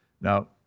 now